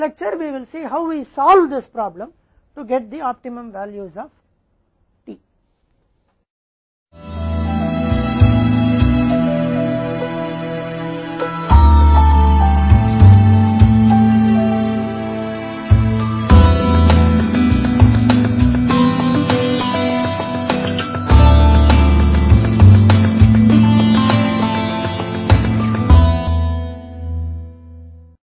अगले व्याख्यान में हम देखेंगे कि हम T के इष्टतम मूल्यों को प्राप्त करने के लिए इस समस्या को कैसे हल करते हैं